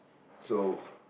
so